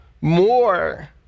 more